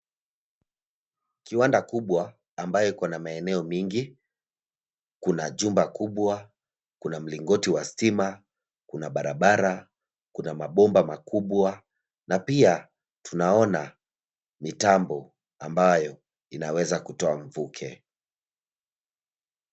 Kiwanda kubwa ambayo iko na maeneo mingi. Kuna jumba kubwa, kuna mlingoti wa stima, kuna barabara, kuna mabomba makubwa na pia tunaona mitambo ambayo inaweza kutoa mvuke.